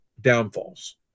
downfalls